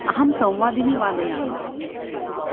अहं संवादिनीं वादयामि